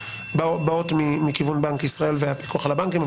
באות מכיוון בנק ישראל והפיקוח על הבנקים.